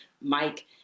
Mike